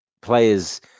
players